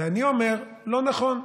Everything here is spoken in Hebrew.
ואני אומר: לא נכון.